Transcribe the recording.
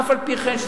אף על פי כן,